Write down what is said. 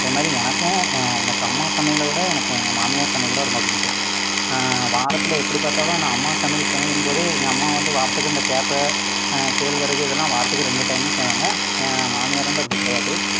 அதேமாதிரி எனக்கும் எனக்கு அம்மா சமையலை விட எனக்கு எங்கள் மாமியார் சமையல்தான் ரொம்ப பிடிக்கும் வாரத்தில் எப்படிப் பார்த்தாலும் நான் அம்மா சமையல் சமைக்கும்போது எங்கள் அம்மா வந்து வாரத்துக்கு இந்த கேப்பை கேழ்வரகு இதெல்லாம் வாரத்துக்கு ரெண்டு டைம்தான் செய்வாங்க என் மாமியார் வந்து அப்படி கிடையாது